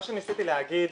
מה שניסיתי להגיד: